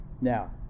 Now